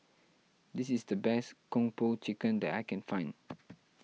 this is the best Kung Po Chicken that I can find